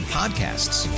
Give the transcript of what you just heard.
podcasts